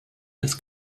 des